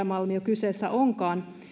malmi mikä kyseessä onkaan